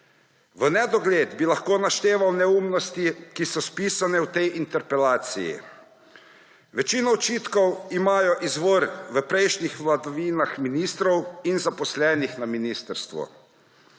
V nedogled bi lahko našteval neumnosti, ki so spisane v tej interpelaciji. Večina očitkov ima izvor v prejšnjih vladavinah ministrov in zaposlenih na ministrstvu.